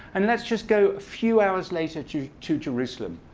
and let's just go a few hours later to to jerusalem.